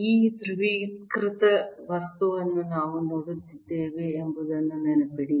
ಈ ಧ್ರುವೀಕೃತ ವಸ್ತುವನ್ನು ನಾವು ನೋಡುತ್ತಿದ್ದೇವೆ ಎಂಬುದನ್ನು ನೆನಪಿಡಿ